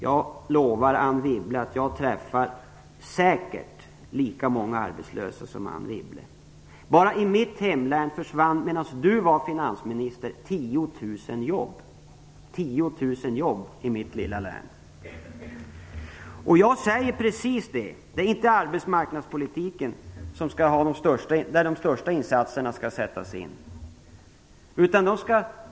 Jag lovar Anne Wibble att jag säkert träffar lika många arbetslösa som hon gör. När Anne Wibble var finansminister försvann 10 000 jobb bara i mitt hemlän, som inte är så stort. Det är inte på arbetsmarknadspolitikens område de största insatserna skall sättas in.